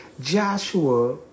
Joshua